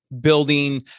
building